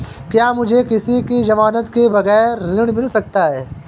क्या मुझे किसी की ज़मानत के बगैर ऋण मिल सकता है?